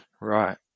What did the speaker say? Right